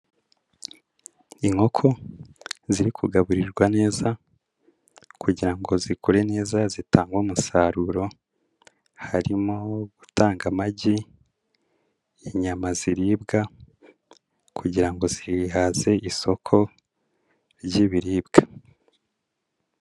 Inkoko ziri kugaburirwa neza kugira ngo zikure neza zitange umusaruro, harimo gutanga amagi, inyama ziribwa kugira ngo zihaze isoko ry'ibiribwa.